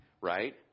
right